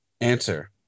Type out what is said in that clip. answer